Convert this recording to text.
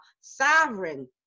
Sovereign